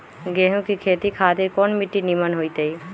गेंहू की खेती खातिर कौन मिट्टी निमन हो ताई?